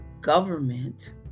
government